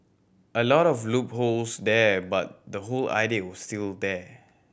a lot of loopholes there but the whole idea was still there